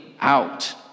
out